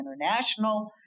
international